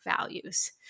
values